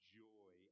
joy